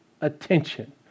attention